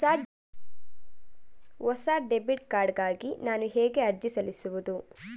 ಹೊಸ debit card ಗಾಗಿ ನಾನು ಹೇಗೆ ಅರ್ಜಿ ಸಲ್ಲಿಸುವುದು?